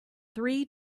three